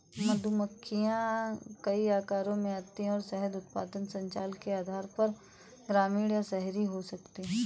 मधुमक्खियां कई आकारों में आती हैं और शहद उत्पादन संचालन के आधार पर ग्रामीण या शहरी हो सकती हैं